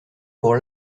pour